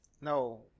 No